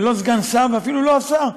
לא סגן שר ואפילו לא השר,